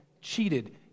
cheated